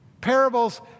Parables